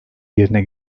yerine